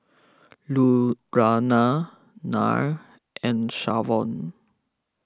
Lurana Nya and Shavon